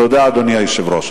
תודה, אדוני היושב-ראש.